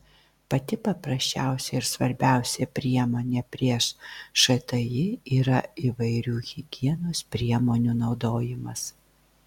pati paprasčiausia ir svarbiausia priemonė prieš šti yra įvairių higienos priemonių naudojimas